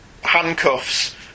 handcuffs